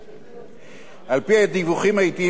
על-פי הדיווחים העתיים שהוגשו לוועדת החוקה,